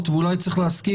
הוא יכול סליחה,